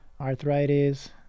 arthritis